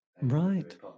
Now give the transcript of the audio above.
Right